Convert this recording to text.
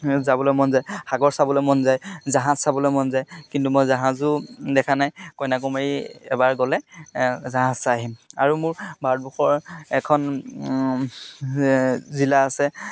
যাবলৈ মন যায় সাগৰ চাবলৈ মন যায় জাহাজ চাবলৈ মন যায় কিন্তু মই জাহাজো দেখা নাই কন্য়াকুমাৰী এবাৰ গ'লে জাহাজ চাই আহিম আৰু মোৰ ভাৰতবৰ্ষৰ এখন জিলা আছে